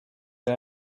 the